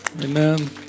Amen